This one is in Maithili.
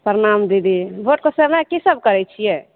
प्रणाम दीदी वोटके समय की सभ करय छियै